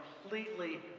completely